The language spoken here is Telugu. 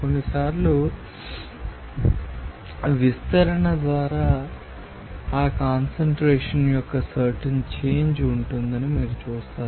కొన్నిసార్లు విస్తరణ ద్వారా ఆ కాన్సన్ట్రేషన్ యొక్క సర్టెన్ చేంజ్ ఉంటుందని మీరు చూస్తారు